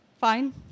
Fine